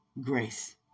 grace